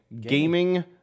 gaming